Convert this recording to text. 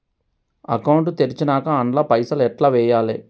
Account తెరిచినాక అండ్ల పైసల్ ఎట్ల వేయాలే?